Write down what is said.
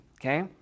Okay